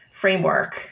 framework